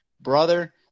Brother